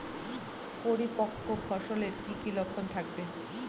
পরিপক্ক ফসলের কি কি লক্ষণ থাকবে?